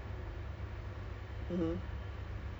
twenty eight so my parents cakap ah